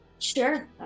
Sure